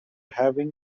having